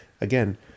again